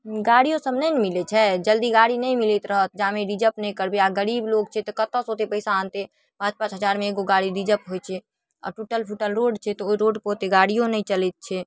गाड़िओसब नहि ने मिलै छै जल्दी गाड़ी नहि मिलैत रहल जामे रिजर्व नहि करबै आओर गरीब लोक छै तऽ कतऽसँ ओतेक पइसा आनतै पॉँच पॉँच हजारमे एगो गाड़ी रिजर्व होइ छै आओर टुटल फुटल रोड छै तऽ ओहि रोडपर ओतेक गगाड़िओ नहि चलै छै